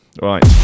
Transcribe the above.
Right